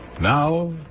Now